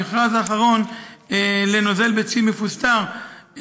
במכרז האחרון לנוזל ביצים מפוסטר,